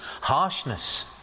harshness